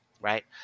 right